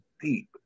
deep